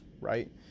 right